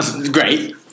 great